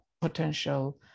potential